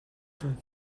from